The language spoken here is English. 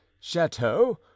chateau